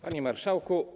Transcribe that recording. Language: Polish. Panie Marszałku!